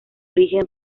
origen